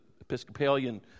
Episcopalian